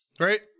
Right